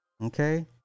Okay